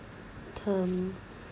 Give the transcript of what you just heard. term